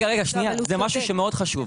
זה משהו מאוד חשבו.